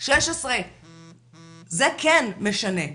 16. זה כן משנה,